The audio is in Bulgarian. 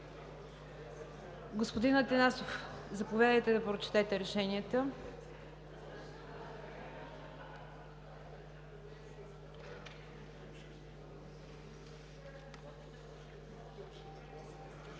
Господин Атанасов, заповядайте да прочетете решенията.